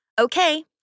Okay